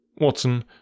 Watson